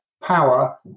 power